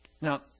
Now